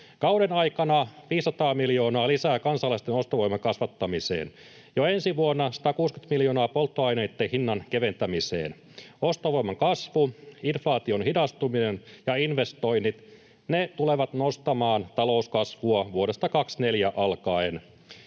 Kauden aikana 500 miljoonaa lisää kansalaisten ostovoiman kasvattamiseen, ja jo ensi vuonna 160 miljoonaa polttoaineitten hinnan keventämiseen. Ostovoiman kasvu, inflaation hidastuminen ja investoinnit tulevat nostamaan talouskasvua vuodesta 24 alkaen.